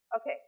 Okay